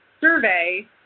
survey